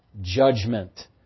judgment